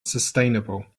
sustainable